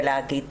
להן.